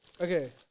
Okay